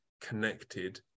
connected